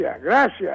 gracias